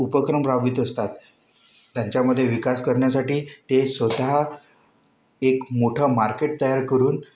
उपक्रम राबवीत असतात त्यांच्यामध्ये विकास करण्यासाठी ते स्वतः एक मोठं मार्केट तयार करून